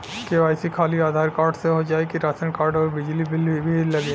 KYC खाली Aadhaar card से हो जाए कि राशन कार्ड अउर बिजली बिल भी लगी?